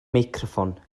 meicroffon